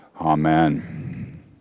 Amen